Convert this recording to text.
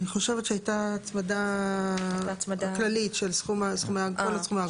אני חושבת שהייתה הצמדה כללית של סכום, כל הסום.